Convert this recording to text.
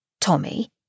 Tommy